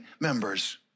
members